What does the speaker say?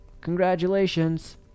congratulations